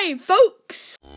folks